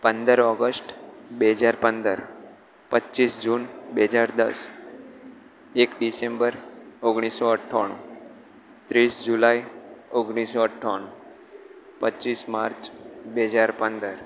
પંદર ઓગષ્ટ બે હજાર પંદર પચીસ જૂન બે હજાર દસ એક ડિસેમ્બર ઓગણીસો અઠાણું ત્રીસ જુલાઇ ઓગણીસો અઠાણું પચીસ માર્ચ બે હજાર પંદર